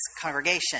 congregation